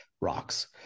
rocks